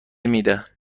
میده